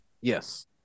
Yes